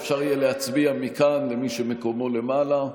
אפשר יהיה להצביע מכאן, מי שמקומו למעלה.